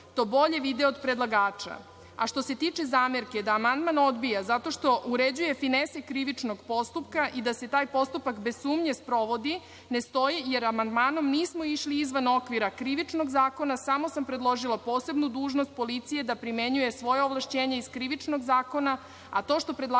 to bolje vide od predlagača. Što